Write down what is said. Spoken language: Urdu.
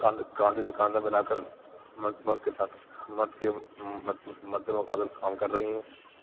کاند کاندھے سے کاندھا ملا کر مرد مرد کے ساتھ مرد کے مد مقابل کام کر رہی ہیں